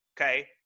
okay